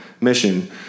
mission